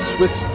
Swiss